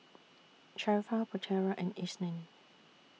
Sharifah Putera and Isnin